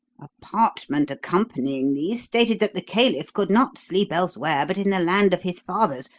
a parchment accompanying these stated that the caliph could not sleep elsewhere but in the land of his fathers,